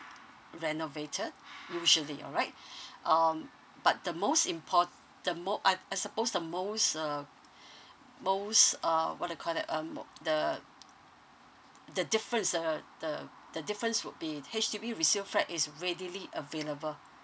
renovated usually alright um but the most import~ the mo~ I I suppose the most uh most uh what they call that um mo~ the the difference the the the difference would be H_D_B resale flat is readily available